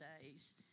days